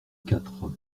quatre